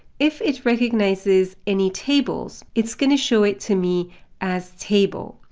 if it recognizes any tables, it's going to show it to me as table.